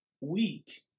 weak